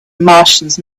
martians